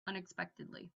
unexpectedly